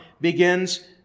begins